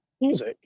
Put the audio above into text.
music